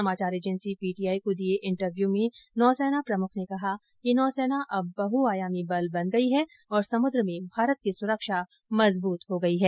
समाचार agency PTI को दिये इंटरव्यू में नौसेना प्रमुख ने कहा कि नौसेना अब बहुआयामी बल बन गई है और समुद्र में भारत की सुरक्षा मजबूत हो गई है